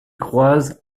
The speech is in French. croise